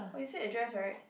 oh you said a dress [right]